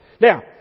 Now